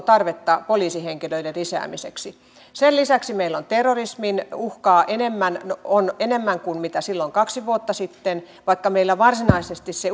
tarvetta poliisihenkilöiden lisäämiseksi sen lisäksi meillä on terrorismin uhkaa enemmän enemmän kuin silloin kaksi vuotta sitten ja vaikka meillä varsinaisesti se